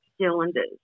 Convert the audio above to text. cylinders